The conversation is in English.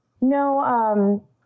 No